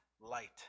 light